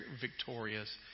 victorious